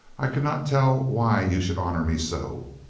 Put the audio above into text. i can not tell why you should honor me so.